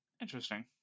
Interesting